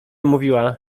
mówiła